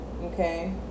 Okay